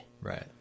Right